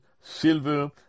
silver